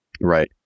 Right